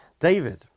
David